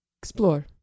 explore